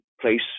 place